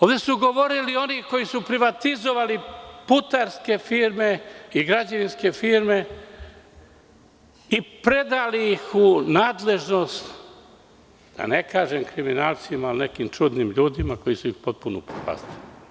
Ovde su govorili oni koji su privatizovali putarske firme i građevinske firme i predali ih u nadležnost, da ne kažem kriminalcima, ali nekim čudnim ljudima koji su ih potpuno upropastili.